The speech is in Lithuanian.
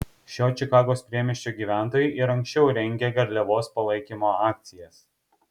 šio čikagos priemiesčio gyventojai ir anksčiau rengė garliavos palaikymo akcijas